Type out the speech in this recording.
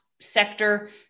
sector